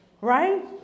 Right